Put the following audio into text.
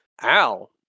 Al